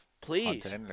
Please